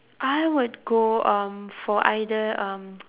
I would go um for either um